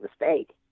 mistake